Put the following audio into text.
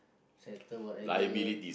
settle whatever